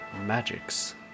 magics